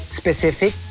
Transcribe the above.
specific